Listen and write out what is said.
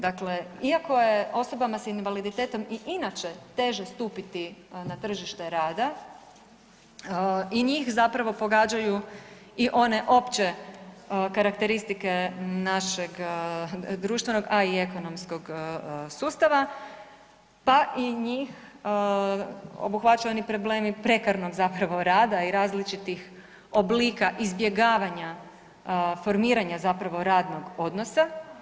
Dakle, iako je osobama sa invaliditetom i inače teže stupiti na tržište rada i njih zapravo pogađaju i one opće karakteristike našeg društvenog a i ekonomskog sustava, pa i njih obuhvaćaju oni problemi prekovremenog zapravo rada i različitih oblika izbjegavanja formiranja zapravo radnog odnosa.